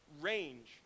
range